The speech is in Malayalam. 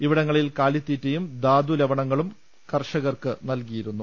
ഇവിടങ്ങളിൽ കാലിത്തീറ്റയും ധാതു ലവണങ്ങളും കർഷകർക്ക് നൽകിയിരുന്നു